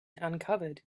uncovered